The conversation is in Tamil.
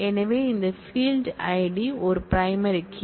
எனவே இந்த ஃபீல்ட் ஐடி ஒரு பிரைமரி கீ